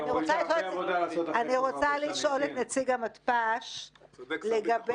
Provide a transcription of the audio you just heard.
אני רוצה לשאול את נציג המתפ"ש לגבי